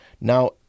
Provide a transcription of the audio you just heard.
Now